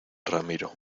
ramiro